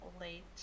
late